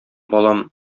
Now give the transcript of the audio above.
балам